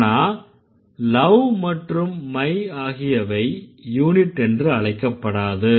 ஆனா love மற்றும் my ஆகியவை யூனிட் என்று அழைக்கப்படாது